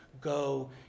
Go